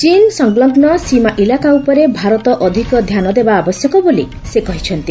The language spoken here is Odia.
ଚୀନ୍ ସଂଲଗୁ ସୀମା ଇଲାକା ଉପରେ ଭାରତ ଅଧିକ ଧ୍ୟାନ ଦେବା ଆବଶ୍ୟକ ବୋଲି ସେ କହିଛନ୍ତି